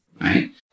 right